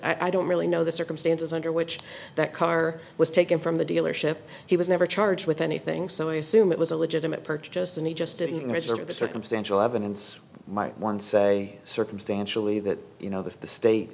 it i don't really know the circumstances under which that car was taken from the dealership he was never charged with anything so i assume it was a legitimate purchased and he just didn't register the circumstantial evidence might one say circumstantially that you know that the state